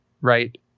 Right